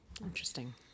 Interesting